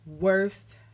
worst